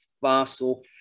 fossil